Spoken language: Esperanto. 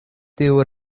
tiu